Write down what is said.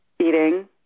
eating